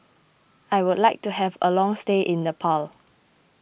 I would like to have a long stay in Nepal